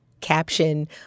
caption